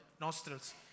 nostrils